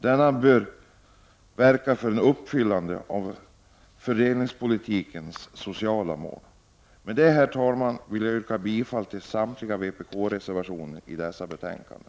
Den bör verka för uppfyllelsen av fördelningspolitiska och sociala mål. Med detta, herr talman, vill jag yrka bifall till samtliga vpk-reservationer till dessa betänkanden.